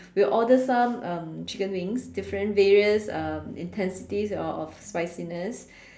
we'll order some um chicken wings different various um intensities of spiciness